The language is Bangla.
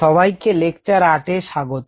সবাইকে লেকচার 8 এ স্বাগত